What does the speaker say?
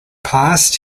passed